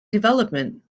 development